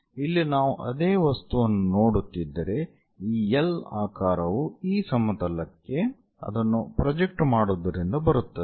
ಇಲ್ಲಿ ನಾವು ಅದೇ ವಸ್ತುವನ್ನು ನೋಡುತ್ತಿದ್ದರೆ ಈ L ಆಕಾರವು ಈ ಸಮತಲಕ್ಕೆ ಅದನ್ನು ಪ್ರೊಜೆಕ್ಟ್ ಮಾಡುವುದರಿಂದ ಬರುತ್ತದೆ